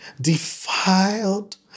defiled